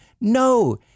No